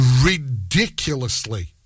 ridiculously